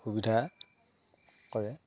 সুবিধা কৰে